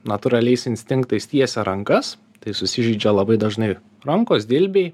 natūraliais instinktais tiesia rankas tai susižeidžia labai dažnai rankos dilbiai